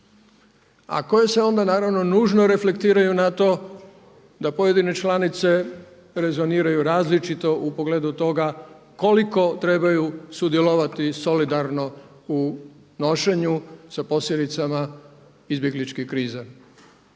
a koje se onda naravno nužno reflektiraju na to da pojedine članice rezoniraju različito u pogledu toga koliko trebaju sudjelovati solidarno u nošenju sa posljedicama izbjegličke krize